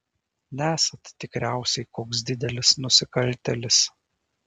nesat tikriausiai koks didelis nusikaltėlis